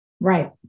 Right